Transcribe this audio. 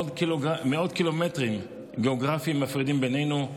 מאות קילומטרים גיאוגרפיים מפרידים בינינו,